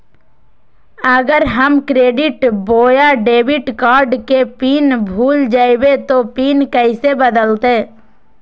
अगर हम क्रेडिट बोया डेबिट कॉर्ड के पिन भूल जइबे तो पिन कैसे बदलते?